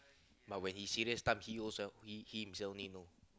but when he serious time he himself only know